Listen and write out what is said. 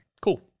Cool